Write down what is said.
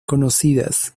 conocidas